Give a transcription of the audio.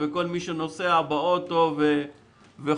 וכל מי שנוסע באוטו וכו'.